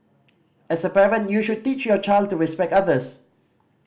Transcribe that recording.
as a parent you should teach your child to respect others